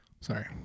Sorry